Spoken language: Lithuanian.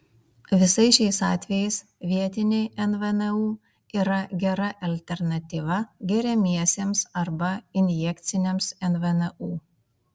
visais šiais atvejais vietiniai nvnu yra gera alternatyva geriamiesiems arba injekciniams nvnu